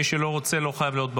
מי שלא רוצה, לא חייב להיות באולם.